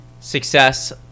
success